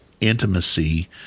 intimacy